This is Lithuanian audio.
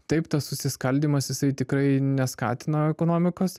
taip tas susiskaldymas jisai tikrai neskatina ekonomikos